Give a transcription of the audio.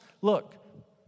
Look